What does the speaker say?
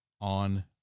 on